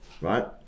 right